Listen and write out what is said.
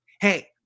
Hey